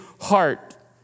heart